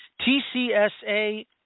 TCSA